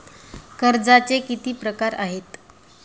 कर्जाचे किती प्रकार आहेत?